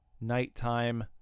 nighttime